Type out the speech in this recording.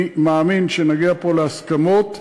אני מאמין שנגיע פה להסכמות,